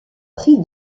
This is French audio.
prix